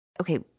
okay